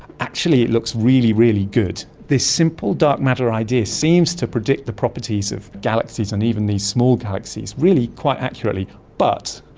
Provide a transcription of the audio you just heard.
actually, it looks really, really good. this simple dark matter idea seems to predict the properties of galaxies and even these small galaxies really quite accurately. but,